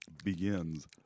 begins